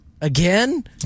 Again